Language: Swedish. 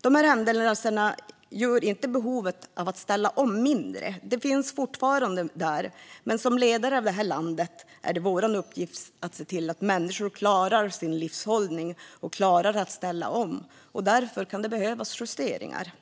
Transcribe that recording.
De händelserna gör inte behovet av att ställa om mindre. De finns fortfarande där. Men som ledare av landet är det vår uppgift att se till att människor klarar sin livshållning och att ställa om. Därför kan det behövas justeringar.